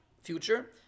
future